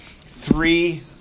three